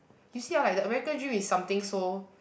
you see ah like the America dream is something so